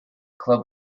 club